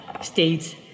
states